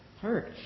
hurt